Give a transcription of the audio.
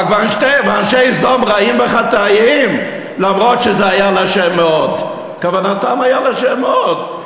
"ואנשי סדום רעים וחטאים" אף שזה היה "לה' מאד"; כוונתם הייתה לה' מאוד,